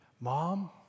Mom